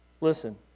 listen